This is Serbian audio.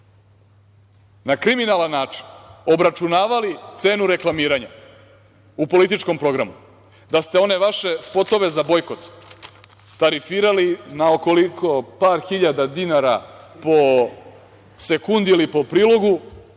na kriminalan način obračunavali cenu reklamiranja u političkom programu, da ste one vaše spotove za bojkot tarifirali na par hiljada dinara po sekundi ili po prilogu,